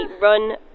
run